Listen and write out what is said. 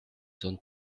zone